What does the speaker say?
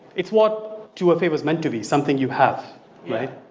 it's what to a favor s meant to be. something you have right?